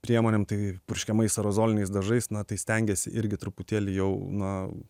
priemonėm tai purškiamais aerozoliniais dažais na tai stengiesi irgi truputėlį jau na